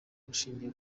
bushingiye